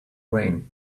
rain